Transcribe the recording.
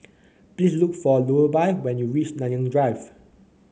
please look for Lulla when you reach Nanyang Drive